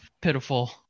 Pitiful